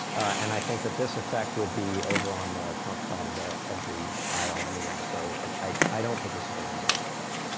and i think that this effect would be over on the trump side of the of the aisle anyway, so, i i don't think this is gonna have a large effect.